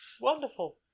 Wonderful